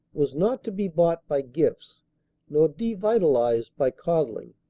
was not to be bought by gifts nor devitalised by coddling.